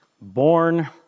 born